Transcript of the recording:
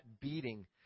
beating